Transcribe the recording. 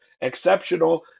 Exceptional